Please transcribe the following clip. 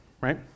right